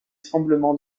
tremblements